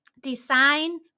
design